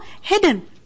hidden